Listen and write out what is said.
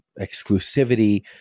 exclusivity